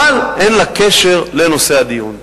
אבל אין לה קשר לנושא הדיון.